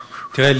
תראה,